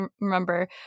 remember